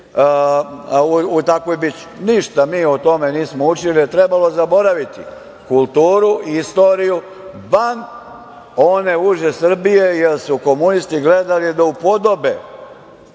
u takvoj bici. Ništa mi o tome nismo učili, a trebalo je zaboraviti kulturu i istoriju van one uže Srbije, jer su komunisti gledali da upodobe